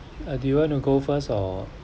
uh do you want to go first or